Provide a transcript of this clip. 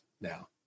now